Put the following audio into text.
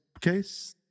case